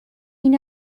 این